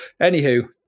Anywho